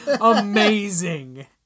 amazing